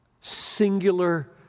singular